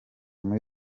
muri